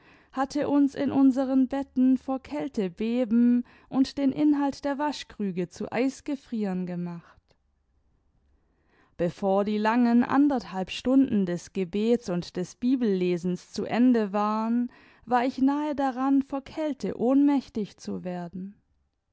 hatte uns in unseren betten vor kälte beben und den inhalt der waschkrüge zu eis gefrieren gemacht bevor die langen anderthalb stunden des gebets und des bibellesens zu ende waren war ich nahe daran vor kälte ohnmächtig zu werden